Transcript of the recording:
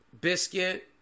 biscuit